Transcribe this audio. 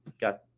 got